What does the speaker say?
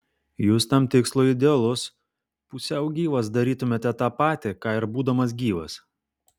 jūs tam tikslui idealus pusiau gyvas darytumėte tą patį ką ir būdamas gyvas